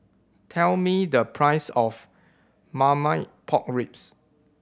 tell me the price of Marmite Pork Ribs